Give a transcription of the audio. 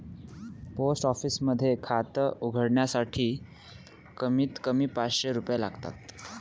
post office मध्ये खात उघडण्यासाठी कमीत कमी पाचशे रुपये लागतात